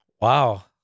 wow